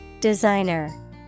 Designer